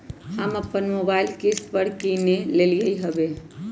हम अप्पन मोबाइल किस्ते पर किन लेलियइ ह्बे